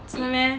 是 meh